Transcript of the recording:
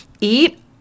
eat